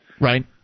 Right